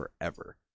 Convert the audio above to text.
forever